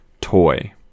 toy